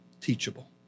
teachable